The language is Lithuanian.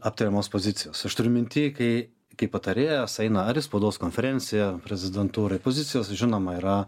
aptariamos pozicijos aš turiu minty kai kaip patarėjas eina ar į spaudos konferenciją prezidentūroj pozicijos žinoma yra